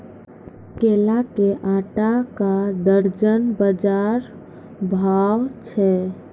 केला के आटा का दर्जन बाजार भाव छ?